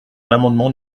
l’amendement